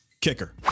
Kicker